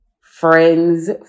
friends